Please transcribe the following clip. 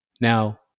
Now